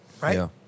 right